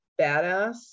badass